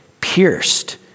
pierced